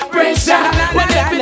Pressure